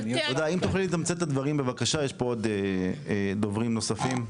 אם תוכלי לתמצת את הדברים בבקשה יש פה עוד דוברים נוספים.